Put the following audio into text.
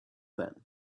then